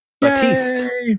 Batiste